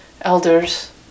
elders